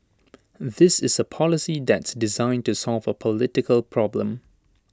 this is A policy that's designed to solve A political problem